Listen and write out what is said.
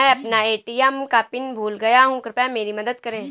मैं अपना ए.टी.एम का पिन भूल गया हूं, कृपया मेरी मदद करें